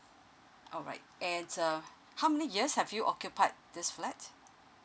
alright and uh how many years have you occupied this flat